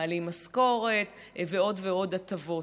מעלים משכורת ועוד ועוד הטבות.